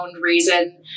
reason